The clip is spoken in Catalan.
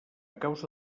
causa